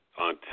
on